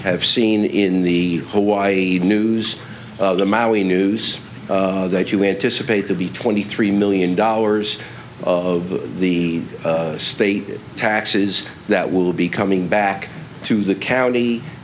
have seen in the hawaii news the maui news that you anticipate to be twenty three million dollars of the state taxes that will be coming back to the county